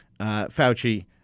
Fauci